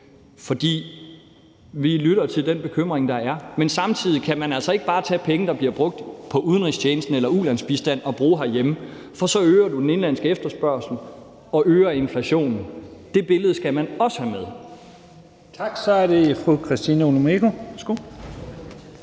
For vi lytter til den bekymring, der er. Men samtidig kan man altså ikke bare tage penge, der bliver brugt på udenrigstjenesten eller ulandsbistanden, og bruge dem herhjemme, for så øger man den indenlandske efterspørgsel og øger inflationen. Det billede skal man også have med. Kl. 10:34 Første